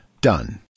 Done